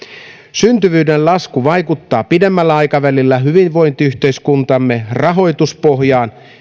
syntyvyyden lasku vaikuttaa pidemmällä aikavälillä hyvinvointiyhteiskuntamme rahoituspohjaan